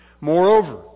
Moreover